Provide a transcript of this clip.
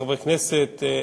חברי הכנסת,